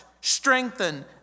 strengthen